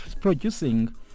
producing